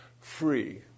free